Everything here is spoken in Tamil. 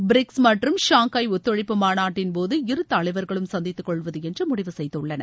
பிரிக்ஸ் மற்றும் ஷாங்காய் ஒத்துழைப்பு மாநாட்டின் போது இரு தலைவரகளும் சந்தித்து கொள்வது என்று முடிவு செய்துள்ளனர்